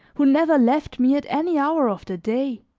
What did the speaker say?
who never left me at any hour of the day